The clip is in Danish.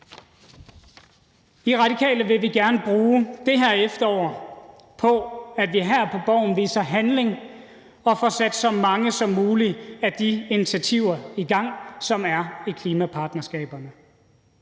I Radikale Venstre vil vi gerne bruge det her efterår på, at vi her på Borgen viser handling og får sat så mange som muligt af de initiativer i gang, som er i klimapartnerskaberne.